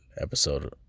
episode